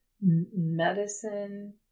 medicine